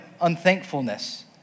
unthankfulness